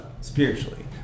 spiritually